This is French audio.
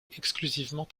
exclusivement